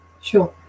Sure